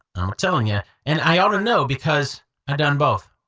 i'm a-telling you, and i ought to know because i done both.